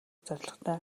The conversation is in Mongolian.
зорилготой